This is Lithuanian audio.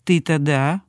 tai tada